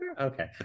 Okay